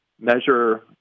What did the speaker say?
measure